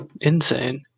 Insane